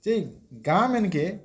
ଯେଇ ଗାଁ ମାନକେ